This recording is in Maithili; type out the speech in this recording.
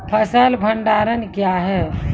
फसल भंडारण क्या हैं?